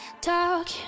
talk